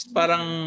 parang